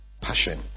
Passion